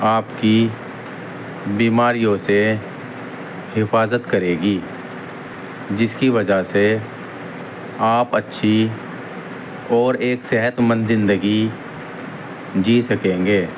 آپ کی بیماریوں سے حفاظت کرے گی جس کی وجہ سے آپ اچھی اور ایک صحت مند زندگی جی سکیں گے